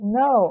no